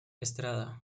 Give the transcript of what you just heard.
estrada